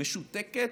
משותקת,